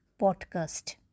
podcast